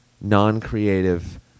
non-creative